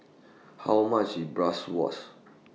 How much IS Bratwurst